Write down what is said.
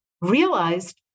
realized